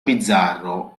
bizzarro